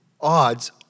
odds